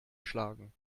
schlagen